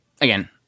again